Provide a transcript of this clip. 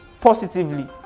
positively